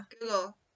Google